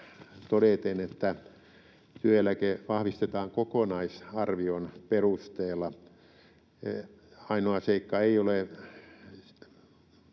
todeten, että työeläke vahvistetaan kokonaisarvion perusteella. Ainoa seikka ei ole